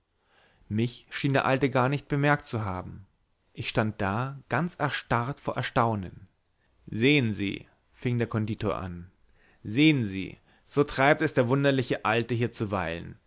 mich schien der alte gar nicht bemerkt zu haben ich stand da ganz erstarrt vor erstaunen sehn sie fing der konditor an sehen sie so treibt es der wunderliche alte hier zuweilen